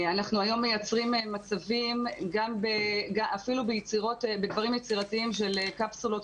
אנחנו היום מייצרים מצבים אפילו בדברים יצירתיים של קפסולות